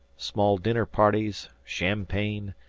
small dinner-parties, champagne,